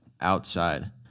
outside